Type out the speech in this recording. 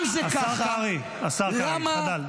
השר קרעי, חדל, די.